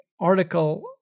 article